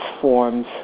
forms